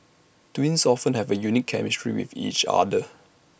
twins often have A unique chemistry with each other